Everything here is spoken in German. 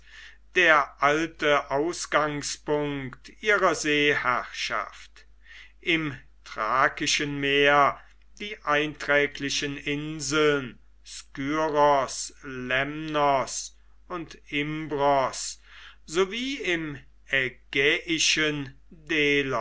der alte ausgangspunkt ihrer seeherrschaft im thrakischen meer die einträglichen inseln skyros lemnos und imbros sowie im ägäischen delos